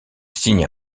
signe